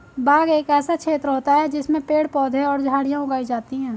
बाग एक ऐसा क्षेत्र होता है जिसमें पेड़ पौधे और झाड़ियां उगाई जाती हैं